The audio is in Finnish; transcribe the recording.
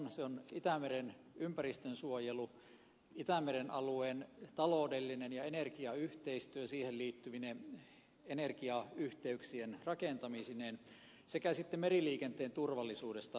ne ovat itämeren ympäristönsuojelu itämeren alueen taloudellinen ja energiayhteistyö siihen liittyvine energiayhteyksien rakentamisineen sekä sitten meriliikenteen turvallisuudesta huolehtiminen